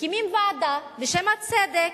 מקימים ועדה בשם הצדק,